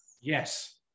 Yes